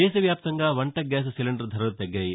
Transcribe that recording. దేశవ్యాప్తంగా వంట gas cylinder ధరలు తగ్గాయి